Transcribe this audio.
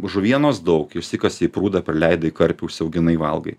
žuvienos daug išsikasei prūdą prileidai karpių užsiauginai valgai